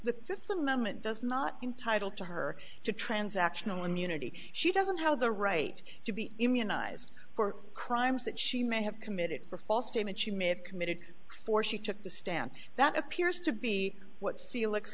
the fifth amendment does not entitle to her to transactional immunity she doesn't have the right to be immunized for crimes that she may have committed or false statements she may have committed before she took the stand that appears to be what felix